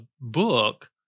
book